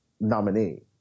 nominee